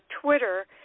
Twitter